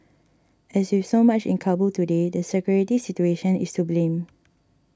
as with so much in Kabul today the security situation is to blame